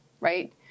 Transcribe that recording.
Right